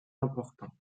importants